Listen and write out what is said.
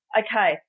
okay